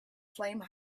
flame